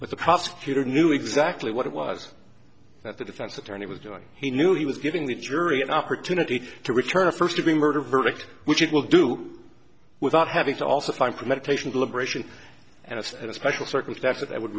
what the prosecutor knew exactly what it was that the defense attorney was doing he knew he was giving the jury an opportunity to return a first degree murder verdict which it will do without having to also find premeditation deliberation and it's a special circumstance that would